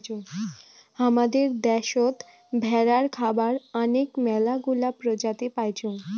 হামাদের দ্যাশোত ভেড়ার খাবার আনেক মেলাগিলা প্রজাতি পাইচুঙ